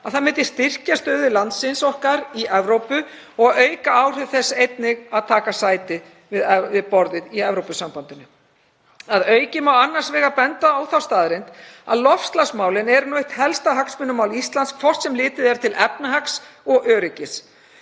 að það myndi styrkja stöðu landsins í Evrópu og auka áhrif þess að taka einnig sæti við borðið í Evrópusambandinu. Að auki má annars vegar benda á þá staðreynd að loftslagsmálin eru nú eitt helsta hagsmunamál Íslands hvort heldur litið er til efnahags eða öryggis.